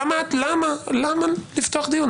למה לפתוח דיון?